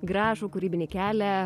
gražų kūrybinį kelią